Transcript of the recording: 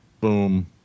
boom